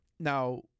now